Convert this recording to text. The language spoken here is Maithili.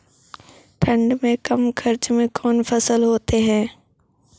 ठंड मे कम खर्च मे कौन फसल होते हैं?